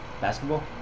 basketball